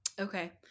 Okay